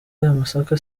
amasaka